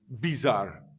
bizarre